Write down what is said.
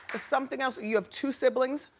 something else. you have two siblings.